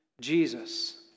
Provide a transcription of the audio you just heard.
Jesus